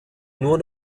nur